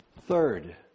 Third